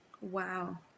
wow